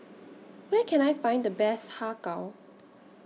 Where Can I Find The Best Har Kow